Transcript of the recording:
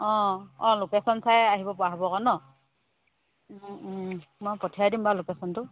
অঁ অঁ লোকেশ্যন চাই আহিব পৰা হ'ব আকৌ ন মই পঠিয়াই দিম বাৰু লোকেশ্যনটো